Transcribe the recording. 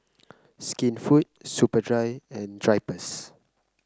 Skinfood Superdry and Drypers